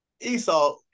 Esau